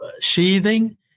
sheathing